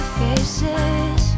faces